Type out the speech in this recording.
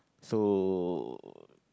so